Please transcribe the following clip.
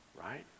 Right